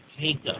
Jacob